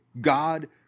God